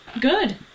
Good